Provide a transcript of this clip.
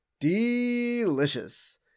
delicious